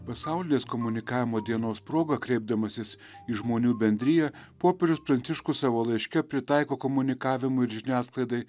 pasaulinės komunikavimo dienos proga kreipdamasis į žmonių bendriją popiežius pranciškus savo laiške pritaiko komunikavimui ir žiniasklaidai